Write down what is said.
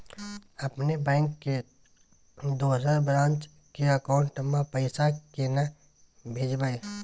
अपने बैंक के दोसर ब्रांच के अकाउंट म पैसा केना भेजबै?